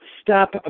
stop